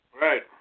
Right